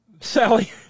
Sally